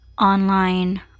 online